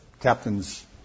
captains